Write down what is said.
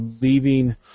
leaving